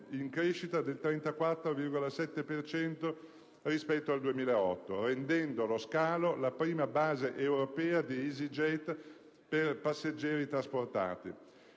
in crescita del 34,7 per cento rispetto al 2008, rendendo lo scalo la prima base europea di EasyJet per passeggeri trasportati.